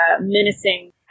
menacing